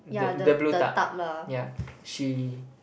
the the blue tub yeah she